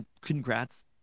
congrats